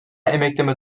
emekleme